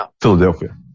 Philadelphia